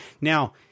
Now